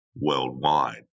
worldwide